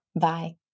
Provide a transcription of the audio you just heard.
Bye